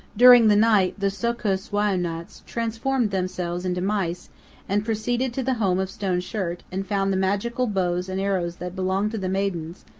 during the night the so'kus wai'unats transformed themselves into mice and proceeded to the home of stone shirt and found the magical bows and arrows that belonged to the maidens,